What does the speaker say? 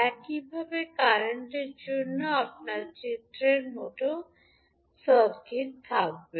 একইভাবে কারেন্টর জন্য আপনার চিত্রের মতো সার্কিট থাকবে